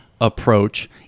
approach